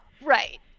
right